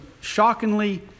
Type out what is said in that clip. shockingly